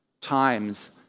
times